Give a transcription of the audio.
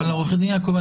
אבל עורך דין יעקבי,